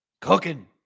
cooking